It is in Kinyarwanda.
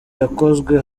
yakozwe